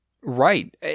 Right